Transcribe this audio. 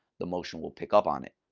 the motion will pick up on it.